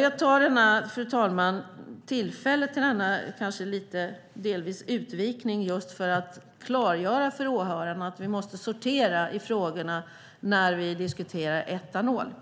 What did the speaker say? Jag passar på tillfället att göra denna utvikning för att klargöra för åhörarna att vi måste sortera i frågorna när vi diskuterar etanol.